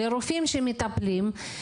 לרופאים המטפלים,